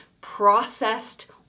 processed